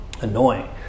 Annoying